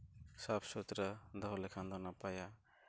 ᱥᱟᱯᱷᱼᱥᱩᱛᱨᱟᱹ ᱫᱚᱦᱚ ᱞᱮᱠᱷᱟᱱ ᱫᱚ ᱱᱟᱯᱟᱭᱟ